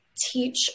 teach